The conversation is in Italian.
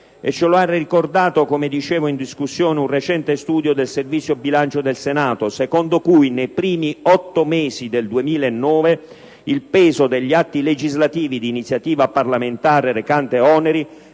Ce lo ha ricordato - come ho anticipato in discussione - un recente studio del Servizio bilancio del Senato, secondo cui nei primi otto mesi del 2009 il peso degli atti legislativi di iniziativa parlamentare recante oneri